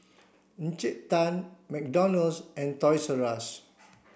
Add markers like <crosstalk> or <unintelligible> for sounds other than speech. Encik Tan McDonald's and Toys <unintelligible>